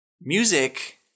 Music